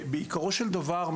בעיקרו של דבר,